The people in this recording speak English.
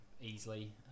easily